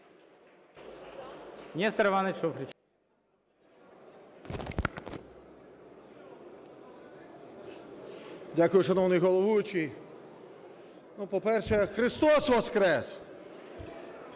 Дякую, шановний головуючий. Ну, по-перше, Христос воскрес!